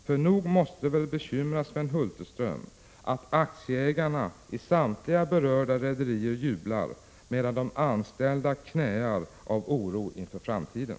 För nog måste det väl bekymra Sven Hulterström att aktieägarna i samtliga berörda rederier jublar medan de anställda knäar av oro inför framtiden.